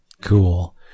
Cool